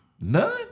None